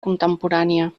contemporània